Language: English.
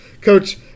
Coach